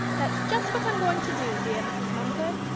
that's just what i'm going to do, dear mrs. mumford.